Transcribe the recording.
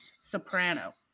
soprano